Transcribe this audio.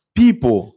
people